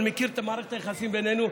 אני מכיר את מערכת היחסים בינינו,